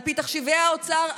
על פי תחשיבי האוצר,